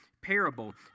parable